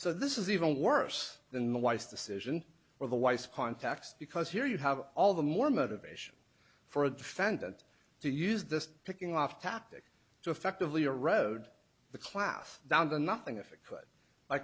so this is even worse than the wife's decision or the wife's contacts because here you have all the more motivation for a defendant to use this picking off tactic to effectively a road the class down to nothing